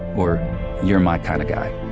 or you're my kind of guy.